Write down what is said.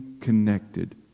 connected